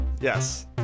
Yes